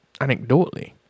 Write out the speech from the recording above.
anecdotally